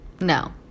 No